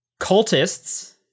cultists